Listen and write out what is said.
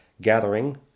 gathering